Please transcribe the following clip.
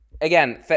Again